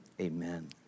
Amen